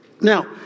Now